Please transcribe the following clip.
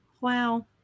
Wow